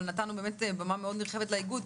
אבל נתנו במה מאוד נרחבת לאיגוד.